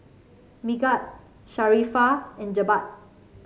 Megat Sharifah and Jebat